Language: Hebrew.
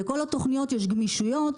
לכל התוכניות יש גמישויות,